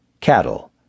Cattle